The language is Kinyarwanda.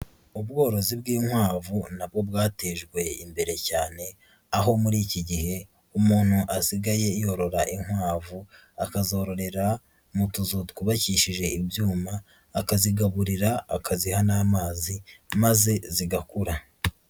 Ubworozi bw'inkwavu nabwo bwatejwe imbere cyane, aho muri iki gihe umuntu asigaye yorora inkwavu, akazororera mu tuzu twubakishije ibyuma, akazigaburira, akaziha n'amazi, maze zigakura.